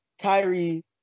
Kyrie